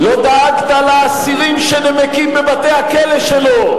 לא דאגת לאסירים שנמקים בבתי-הכלא שלו.